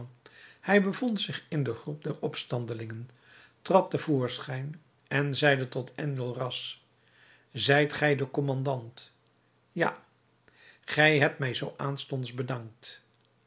hij bevond zich in de groep der opstandelingen trad te voorschijn en zeide tot enjolras zijt gij de kommandant ja gij hebt mij zoo aanstonds bedankt